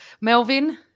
Melvin